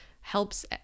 Helps